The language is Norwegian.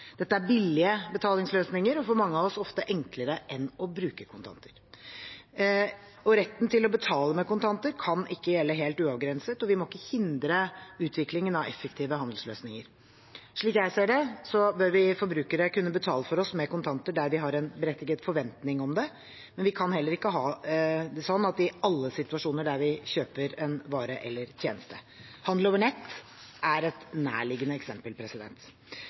Dette er billige betalingsløsninger og for mange av oss ofte enklere enn å bruke kontanter. Retten til å betale med kontanter kan ikke gjelde helt uavgrenset, og vi må ikke hindre utviklingen av effektive handelsløsninger. Slik jeg ser det, bør vi forbrukere kunne betale for oss med kontanter der vi har en berettiget forventning om det, men vi kan heller ikke ha det slik i alle situasjoner der vi kjøper en vare eller en tjeneste. Handel over nett er et nærliggende eksempel.